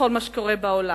בכל מה שקורה בעולם.